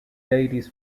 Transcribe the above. ladies